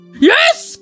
Yes